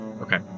okay